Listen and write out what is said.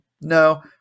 No